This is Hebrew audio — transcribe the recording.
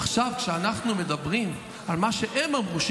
עכשיו אנחנו מדברים עם על מה שהם אמרו,